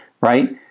right